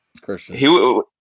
Christian